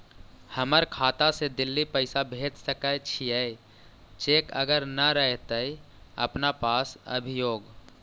हमर खाता से दिल्ली पैसा भेज सकै छियै चेक अगर नय रहतै अपना पास अभियोग?